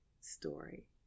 story